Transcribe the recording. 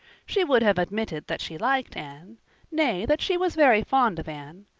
she would have admitted that she liked anne nay, that she was very fond of anne.